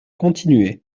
continuaient